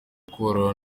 korora